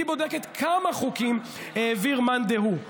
היא בודקת כמה חוקים העביר מאן דהוא.